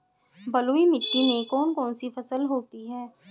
बलुई मिट्टी में कौन कौन सी फसल होती हैं?